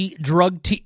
drug